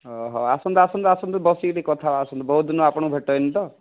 ଆସନ୍ତୁ ଆସନ୍ତୁ ଆସନ୍ତୁ ବସିକି ଟିକେ କଥା ହେବା ଆସନ୍ତୁ ବହୁତ ଦିନ ଆପଣଙ୍କୁ ଭେଟ ହେଇନି ତ